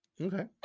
Okay